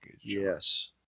Yes